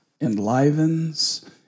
enlivens